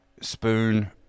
spoon